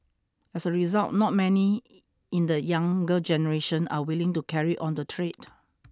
as a result not many in the younger generation are willing to carry on the trade